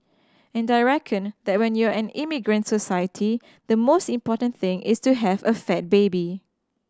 and I reckon that when you're an immigrant society the most important thing is to have a fat baby